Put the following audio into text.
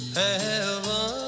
heaven